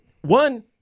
one